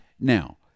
Now